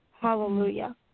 hallelujah